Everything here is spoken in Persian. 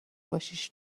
باشیش